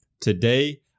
Today